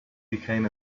became